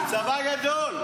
צבא גדול.